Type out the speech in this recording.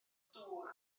dŵr